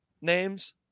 names